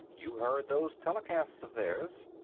you heard those telecasts of theirs.